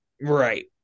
Right